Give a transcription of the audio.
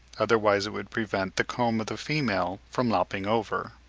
otherwise it would prevent the comb of the female from lopping over.